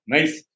Nice